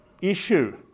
issue